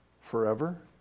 forever